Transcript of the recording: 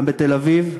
גם בתל-אביב,